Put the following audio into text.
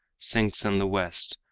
sinks in the west,